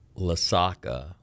Lasaka